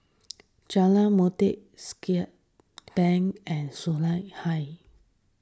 Jalan Motek Siglap Bank and Hill